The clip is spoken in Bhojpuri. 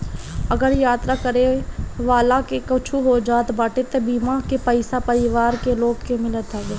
अगर यात्रा करे वाला के कुछु हो जात बाटे तअ बीमा के पईसा परिवार के लोग के मिलत हवे